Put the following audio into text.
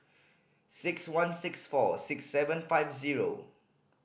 six one six four six seven five zero